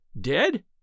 Dead